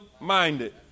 minded